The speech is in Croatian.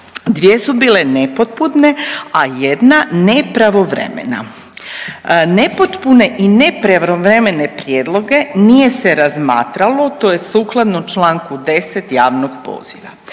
2 su bile nepotpune, a 1 nepravovremena. Nepotpune i nepravovremene prijedloge nije se razmatralo to je sukladno Članku 10. javnog poziva.